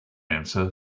answer